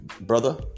brother